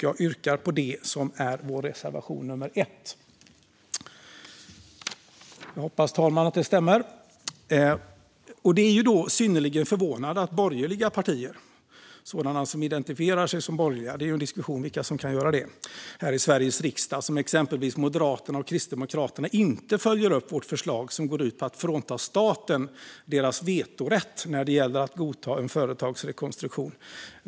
Jag yrkar bifall till vår reservation nummer 1. Det är synnerligen förvånande att sådana partier som identifierar sig som borgerliga - det är ju en diskussion om vilka som kan göra det här i Sveriges riksdag - exempelvis Moderaterna och Kristdemokraterna, inte följer upp vårt förslag som går ut på att frånta staten dess vetorätt när det gäller att godta en företagsrekonstruktion.